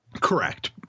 Correct